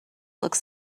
looks